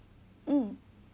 mm